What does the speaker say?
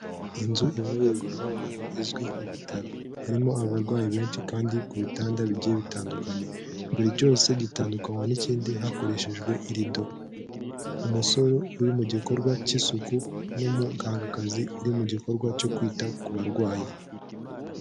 Inzu ivurirwamo abantu izwi nk'ibitaro. Harimo abarwayi benshi kandi ku bitanda bigiye bitandukanye. Buri cyose gitandukanywa n'ikindi hakoreshejwe irido. Umusore uri mu gikorwa cy'isuku n'umugangakazi uri mu gikorwa cyo kwita ku barwayi.